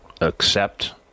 accept